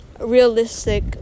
realistic